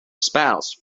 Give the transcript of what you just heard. spouse